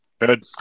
Good